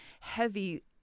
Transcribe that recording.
heavy